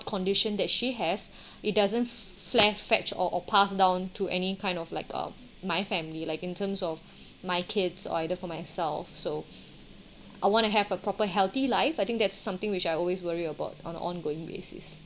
condition that she has it doesn't flare fetch or or pass down to any kind of like um my family like in terms of my kids or either for myself so I want to have a proper healthy life I think that's something which I always worry about on ongoing basis